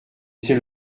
c’est